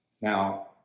Now